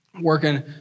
working